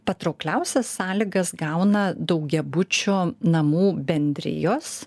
patraukliausias sąlygas gauna daugiabučio namų bendrijos